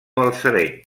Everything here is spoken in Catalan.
balsareny